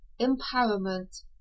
empowerment